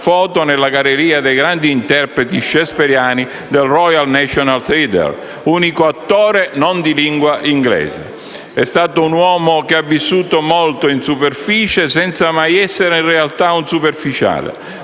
una foto nella galleria dei grandi interpreti shakespeariani del Royal National Theatre, unico attore non di lingua inglese. È stato un uomo che ha vissuto molto in superficie senza mai essere, in realtà, un superficiale;